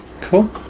Cool